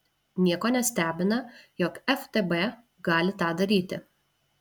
nieko nestebina jog ftb gali tą daryti